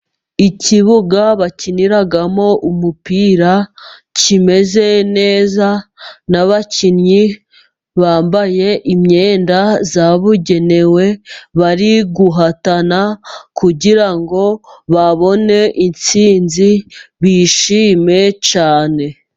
Ikibuga bakiniramo umupira kimeze neza, n'abakinnyi bambaye imyenda yabugenewe bari guhatana kugira ngo babone intsinzi bishime cyane.